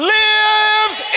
lives